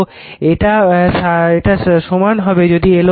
তো এটা সমান হবে যদি L1 অথবা এটা ছোট